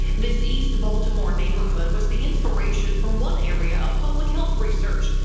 this east baltimore neighborhood was the inspiration for one area of public health research.